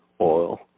Oil